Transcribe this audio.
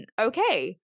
okay